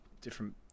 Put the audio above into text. different